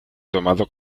tomado